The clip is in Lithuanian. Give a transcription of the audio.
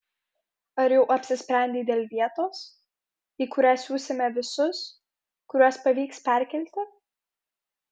ar jau apsisprendei dėl vietos į kurią siusime visus kuriuos pavyks perkelti